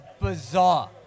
bizarre